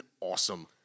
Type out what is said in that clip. awesome